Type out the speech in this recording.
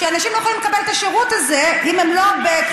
שאנשים לא יכולים לקבל את השירות הזה אם הם לא בכללית.